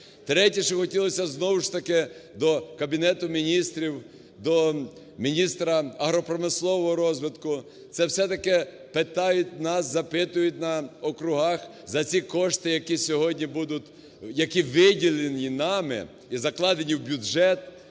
Третє, що хотілося б, знову ж таки до Кабінету Міністрів, до міністра агропромислового розвитку, це все-таки питають нас, запитують на округах за ці кошти, які сьогодні будуть… які виділені нами і закладені в бюджет